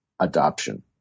adoption